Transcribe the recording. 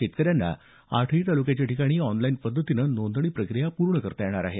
शेतकऱ्यांना आठही तालुक्याच्या ठिकाणी ऑनलाइन पध्दतीनं नोंदणी प्रक्रिया पूर्ण करता येणार आहे